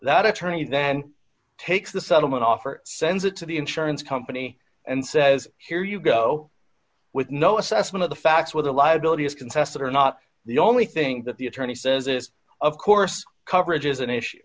that attorney then takes the settlement offer sends it to the insurance company and says here you go with no assessment of the facts where the liability is contested or not the only thing that the attorney says is of course coverage is an issue